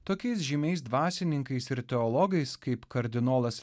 tokiais žymiais dvasininkais ir teologais kaip kardinolas